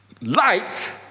light